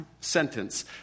sentence